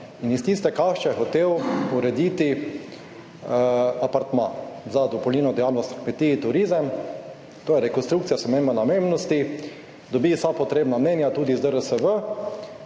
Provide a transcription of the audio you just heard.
In iz tiste kašče je hotel urediti apartma za dopolnilno dejavnost na kmetiji, turizem. To je rekonstrukcija, sprememba namembnosti, dobi vsa potrebna mnenja tudi iz DRSV.